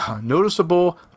noticeable